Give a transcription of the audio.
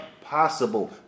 possible